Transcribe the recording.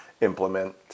implement